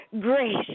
grace